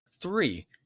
Three